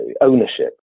ownership